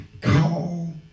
Call